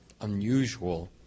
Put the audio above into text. unusual